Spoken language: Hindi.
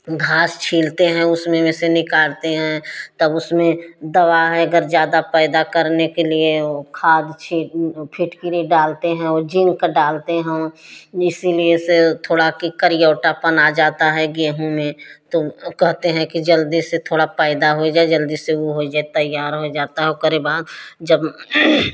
घास छीलते हैं उसमें में से निकालते हैं तब उसमें दवा है अगर जादा पैदा करने के लिए वो खाद छीट फिटकिरी डालते हैं और जिंक डालते हैं इसीलिए से थोड़ा कि करिऔटापन आ जाता है गेहूँ में तो कहते हैं कि जल्दी से थोड़ा पैदा होय जाय जल्दी से ऊ होय जाय तैयार होय जाता है ओक रे बाद जब